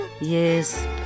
Yes